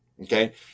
Okay